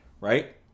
right